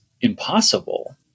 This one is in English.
impossible